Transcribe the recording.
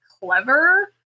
clever